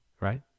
right